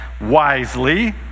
wisely